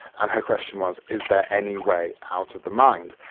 and her question was, is there any way out of the mind?